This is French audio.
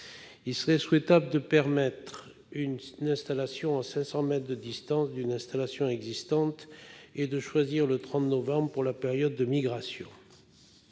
Il serait souhaitable de permettre une installation à 500 mètres de distance d'une installation existante et de fixer le 30 novembre comme fin de la période de migration.